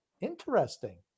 Interesting